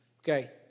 Okay